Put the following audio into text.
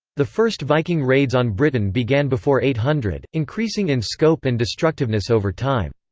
the first viking raids on britain began before eight hundred, increasing in scope and destructiveness over time.